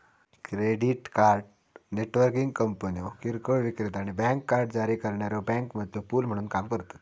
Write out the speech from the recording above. credit card networking कंपन्यो किरकोळ विक्रेता आणि बँक कार्ड जारी करणाऱ्यो बँकांमधलो पूल म्हणून काम करतत